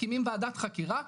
מקימים ועדת חקירה,